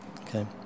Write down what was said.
okay